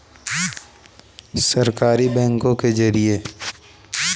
मैं अपने बीमा का दावा कैसे कर सकता हूँ?